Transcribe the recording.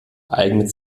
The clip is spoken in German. eignet